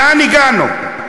לאן הגענו?